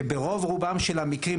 שברוב רובם של המקרים,